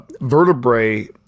vertebrae